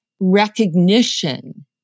recognition